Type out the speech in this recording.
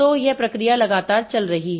तो यह प्रक्रिया लगातार चल रही है